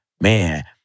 Man